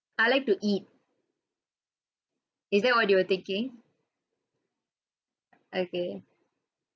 I like to eat is that what you were thinking okay